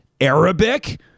Arabic